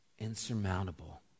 insurmountable